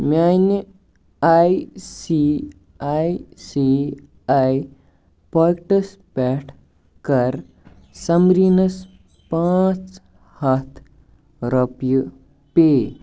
میٛانہِ I C I C I پاکٮ۪ٹس پٮ۪ٹھٕ کَر سمریٖنس پانٛژ ہَتھ رۄپیہِ پیٚے